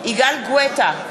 יגאל גואטה,